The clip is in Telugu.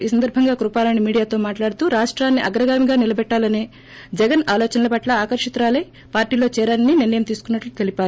ఈ సందర్పం గా కృపారాణి మీడియాతో మాట్హదుతూ రాష్టాన్ని అగ్రగామిగా నిలబెట్టాలనే జగన్ ఆలోచనల పట్ట ఆకరితురాలినె పార్షీలో చేరాలని నిర్లోయం తీసుకున్నట్లు తెలిపారు